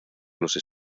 los